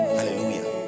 Hallelujah